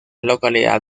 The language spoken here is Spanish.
localidad